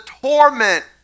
torment